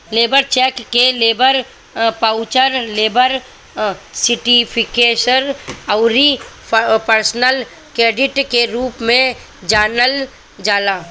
labour cheque के labour voucher, labour certificate अउरी personal credit के रूप में जानल जाला